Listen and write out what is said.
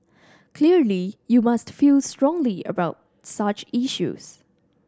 clearly you must feel strongly about such issues